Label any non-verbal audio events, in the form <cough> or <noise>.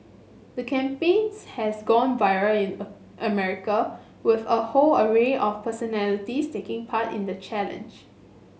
the campaigns has gone viral in <hesitation> America with a whole array of personalities taking part in the challenge